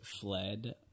fled